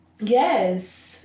yes